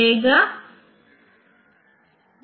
तो इसी तरह का इंस्ट्रक्शन INT है